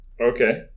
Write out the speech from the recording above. Okay